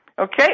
Okay